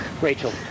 Rachel